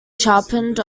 sharpened